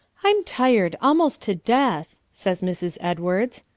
i'm tired almost to death, says mrs. edwards,